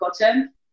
bottom